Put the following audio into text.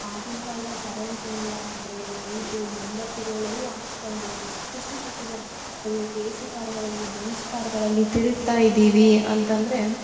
ಆಗಿನ ಕಾಲ್ದಲ್ಲಿ ಕರೆಂಟಿಲ್ಲ ಆದರೆ ಲೈಟು ಮುಂಬತ್ತಿಗಳೆಲ್ಲ ಹಾಕೊಂಡು ಎಷ್ಟು ಕಷ್ಟಪಟ್ಟಿದಾರೆ ಇವತ್ತು ಎ ಸಿ ಕಾರ್ಗಳಲ್ಲಿ ಬೆಂಜ್ ಕಾರ್ಗಳಲ್ಲಿ ತಿರುಗ್ತಾಯಿದೀವಿ ಅಂತಂದರೆ